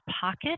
pocket